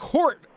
Court